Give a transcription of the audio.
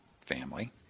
family